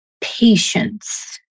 patience